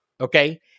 okay